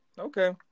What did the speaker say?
okay